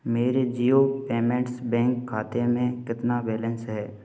मेरे Jio payments bank खाते में कितना बैलेंस है